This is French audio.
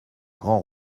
grand